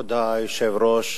כבוד היושב-ראש,